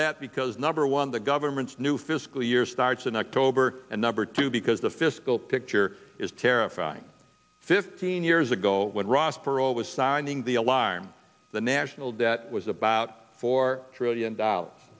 shows number one the government's new fiscal year starts in october and number two because the fiscal picture is terrifying fifteen years ago when ross perot was sounding the alarm the national debt was about four trillion dollars